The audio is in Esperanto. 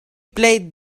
plej